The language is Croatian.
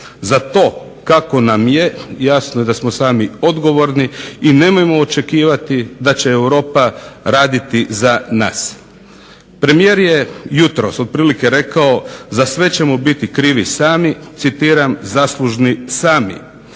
Za to kako nam je jasno je da smo sami odgovorni i nemojmo očekivati da će Europa raditi za nas. Premijer je jutros otprilike rekao za sve ćemo biti krivi sami "zaslužni sami".